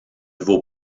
vos